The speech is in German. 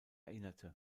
erinnerte